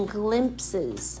glimpses